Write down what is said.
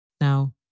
Now